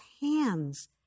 hands